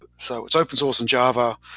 so it's open source in java.